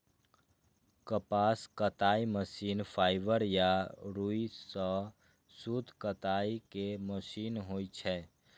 कपास कताइ machine fibre या रुइ सं सूत कताइ के मशीन होइ छै